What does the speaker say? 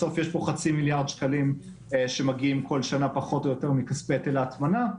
בסוף יש פה כחצי מיליארד שקלים שמגיעים כל שנה מכספי היטל ההטמנה.